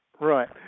Right